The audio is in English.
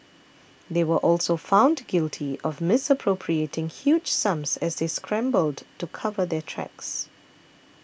they were also found guilty of misappropriating huge sums as they scrambled to cover their tracks